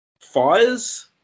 fires